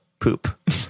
poop